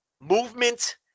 Movement